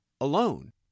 alone